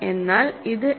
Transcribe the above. എന്നാൽ ഇത് എന്താണ്